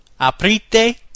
aprite